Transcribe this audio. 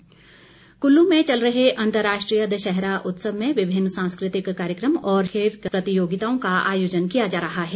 दशहरा नाटी कुल्लू में चल रहे अंतर्राष्ट्रीय दशहरा उत्सव में विभिन्न सांस्कृतिक कार्यक्रम और खेल प्रतियोगिताओं का आयोजन किया जा रहा है